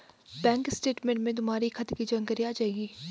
bank statement में तुम्हारे खाते की जानकारी आ जाएंगी